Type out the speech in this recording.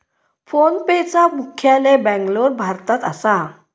फोनपेचा मुख्यालय बॅन्गलोर, भारतात असा